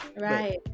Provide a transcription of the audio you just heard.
right